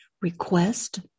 request